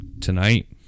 tonight